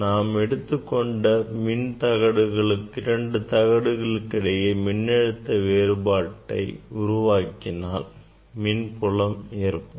நாம் எடுத்துக்கொண்ட இரண்டு தகடுகளுக்கிடையில் மின்னழுத்த வேறுபாட்டை உருவாக்கினால் மின்புலம் ஏற்படும்